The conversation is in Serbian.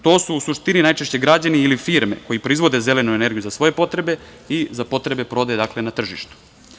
To su u suštini najčešće građani ili firme koji proizvode zelenu energiju za svoje potrebe i za potrebe prodaje, dakle, na tržištu.